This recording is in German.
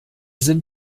sind